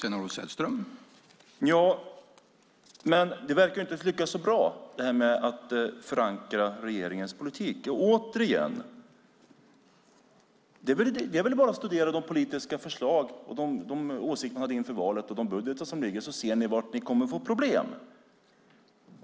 Herr talman! Ni verkar inte lyckas så bra med att förankra regeringens politik. Det är bara att studera de politiska förslag och åsikter vi hade inför valet och den budget som ligger så ser ni var ni kommer att få problem.